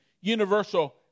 universal